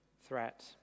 threat